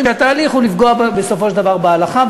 והתהליך הוא לפגוע בסופו של דבר בהלכה,